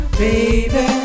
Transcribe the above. baby